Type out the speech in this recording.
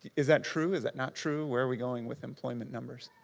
is that true, is that not true? where are we going with employment numbers?